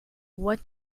what